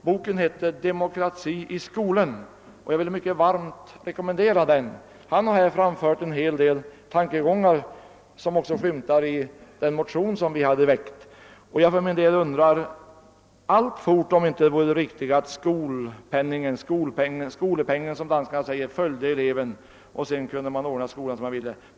Boken heter >Demokrati i skolen». Jag vill mycket varmt rekommendera den. Han har i den framfört en hel del tankegångar som återfinns i den motion vi hade väckt. Jag undrar alltfort om det inte vore det riktiga att skolpenningen — skolepengen som danskarna säger — följde eleven och man kunde ordna skolgången som man ville.